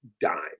dime